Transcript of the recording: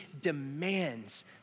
demands